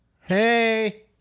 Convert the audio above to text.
Hey